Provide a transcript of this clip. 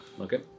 Okay